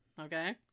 Okay